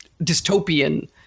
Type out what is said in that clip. dystopian